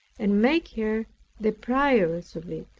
and make her the prioress of it.